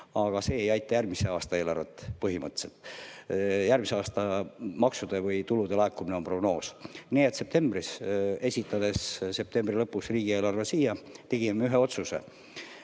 aga see ei aita järgmise aasta eelarvet. Järgmise aasta maksude või tulude laekumine on prognoos. Nii et esitades septembri lõpus riigieelarve, tegime ühe otsuse